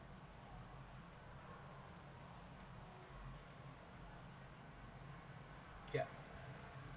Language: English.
yeah